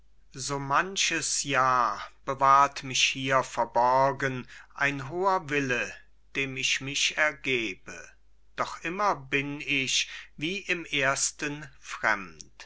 so manches jahr bewahrt mich hier verborgen ein hoher wille dem ich mich ergebe doch immer bin ich wie im ersten